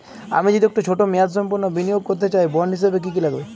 আমি যদি একটু ছোট মেয়াদসম্পন্ন বিনিয়োগ করতে চাই বন্ড হিসেবে কী কী লাগবে?